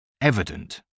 Evident